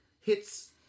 hits